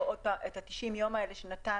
את ה-90 יום האלה נחזיר